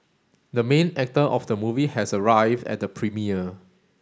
the main actor of the movie has arrived at the premiere